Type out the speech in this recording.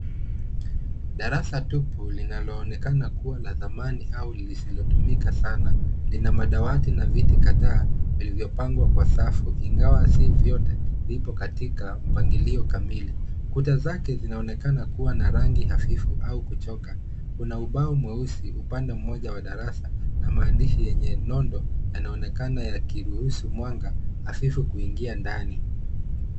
Darasa tupu linaloonekana kuwa la zamani au lisilotumika sana lina madawati na viti kadhaa zilizopangwa kwa safu ingawa sio zote zipo katika mpangilio kamili. Kuta zake zinaonekana kuwa na rangi hafifu au kuchoka. Kuna ubao mweusi upande mmoja wa darasa na maandishi yenye nondo yanaonekana yakiruhusu mwanga hafifu kuingia ndani.